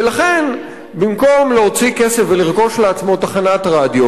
ולכן במקום להוציא כסף ולרכוש לעצמו תחנת רדיו,